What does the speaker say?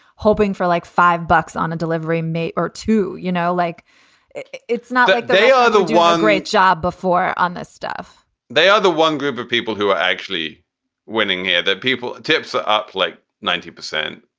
hoping for like five bucks on a delivery may or two. you know, like it's not like they are the one great job before on this stuff they are the one group of people who are actually winning here. people tips are up like ninety percent.